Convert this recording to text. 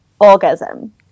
orgasm